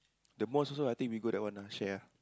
the mosque also I think we go that one ah share ah